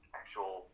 actual